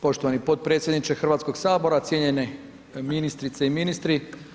Poštovani potpredsjedniče Hrvatskoga sabora, cijenjene ministrice i ministri.